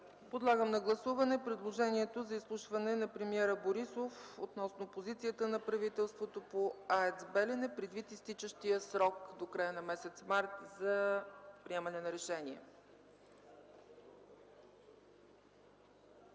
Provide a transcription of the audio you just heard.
Подлагам на гласуване предложението за изслушване на премиера Борисов относно позицията на правителството по АЕЦ „Белене”, предвид изтичащия срок – в края на месец март, за приемане на решение.